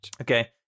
Okay